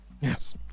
Yes